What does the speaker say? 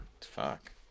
fuck